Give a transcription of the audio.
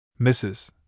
Mrs